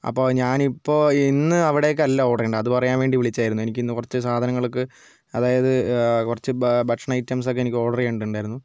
അപ്പോൾ ഞാനിപ്പോൾ ഇന്ന് അവിടേക്ക് അല്ല ഓഡർ ചെയ്യേണ്ടത് അത് പറയാൻ വേണ്ടി വിളിച്ചതായിരുന്നു എനിക്ക് ഇന്ന് കുറച്ച് സാധനങ്ങൾക്ക് അതായത് കുറച്ച് ഭ ഭക്ഷണ ഐറ്റംസൊക്കെ എനിക്ക് ഓർഡർ ചെയ്യേണ്ടതുണ്ടായിരുന്നു